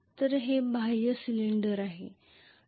तर ते बाह्य सिलेंडर असेल